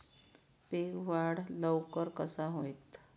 पीक वाढ लवकर कसा होईत?